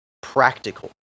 practical